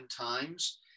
times